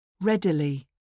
Readily